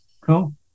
Cool